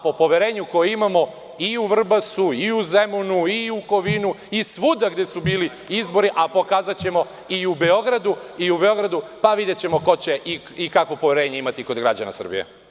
Po poverenju koje imamo i u Vrbasu, i Zemunu, i Kovinu, i svuda gde su bili izbori, a pokazaćemo i u Beogradu, pa videćemo ko će i kakvo će poverenje imati kod građana Srbije.